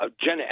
Jenna